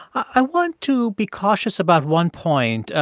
i want to be cautious about one point.